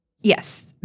Yes